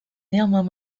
néanmoins